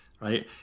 Right